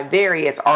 various